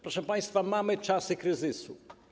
Proszę państwa, mamy czasy kryzysu.